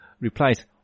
replies